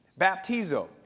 Baptizo